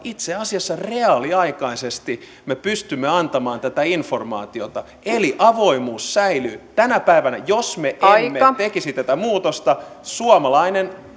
itse asiassa reaaliaikaisesti me pystymme antamaan tätä informaatiota eli avoimuus säilyy tänä päivänä jos me emme me emme tekisi tätä muutosta suomalainen